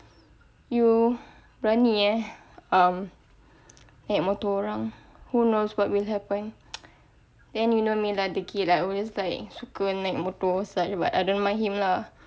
you berani eh um naik motor orang who knows what will happen then you know me lah degil like always like suka naik motor but I don't mind him lah